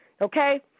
okay